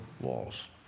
walls